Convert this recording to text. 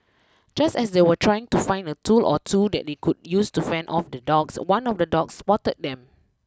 just as they were trying to find a tool or two that they could use to fend off the dogs one of the dogs spotted them